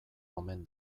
omen